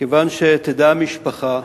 כדי שתדע המשפחה,